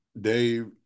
Dave